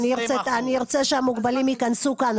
אדוני, אני ארצה שהמוגבלים ייכנסו כאן.